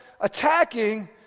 attacking